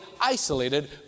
isolated